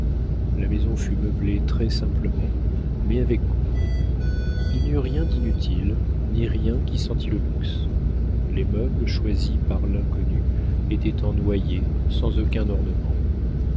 la maison fut meublée très-simplement mais avec goût il n'y eut rien d'inutile ni rien qui sentît le luxe les meubles choisis par l'inconnue étaient en noyer sans aucun ornement